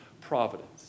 providence